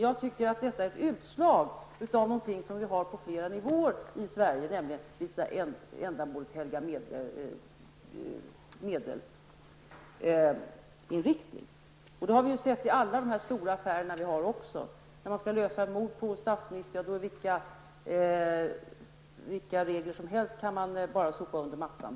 Jag tycker att det är ett utslag av någonting som förekommer på flera nivåer i Sverige, nämligen en inriktning mot att låta ändamålet helga medlen. Vi har sett det i alla de stora affärerna -- när man skall lösa ett mord på statsministern kan man sopa vilka regler som helst under mattan.